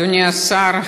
אדוני השר,